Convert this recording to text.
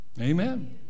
Amen